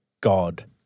God